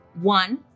One